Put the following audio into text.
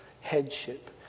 headship